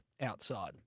outside